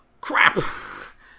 crap